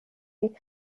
and